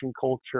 culture